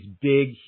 big